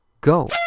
Go